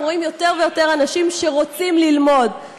אנחנו רואים יותר ויותר אנשים שרוצים ללמוד,